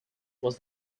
was